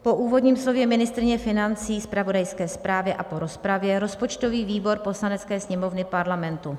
Po úvodním slově ministryně financí Aleny Schillerové, zpravodajské zprávě a po rozpravě rozpočtový výbor Poslanecké sněmovny Parlamentu